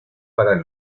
para